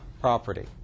property